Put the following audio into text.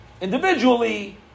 individually